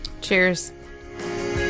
cheers